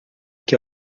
que